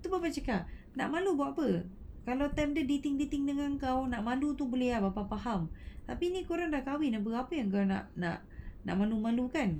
then bapa cakap nak malu buat apa kalau time dia dating dating dengan kau nak malu tu boleh ah bapa faham tapi ni korang dah kahwin mengapa kau nak nak nak malu-malu kan